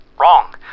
Wrong